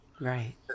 Right